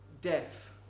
death